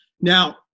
Now